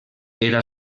era